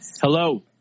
Hello